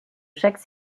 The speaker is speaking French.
chaque